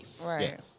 right